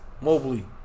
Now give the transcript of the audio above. Mobley